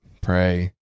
pray